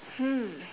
hmm